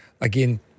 again